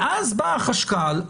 אז בא החשב הכללי,